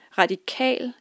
radikal